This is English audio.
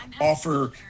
offer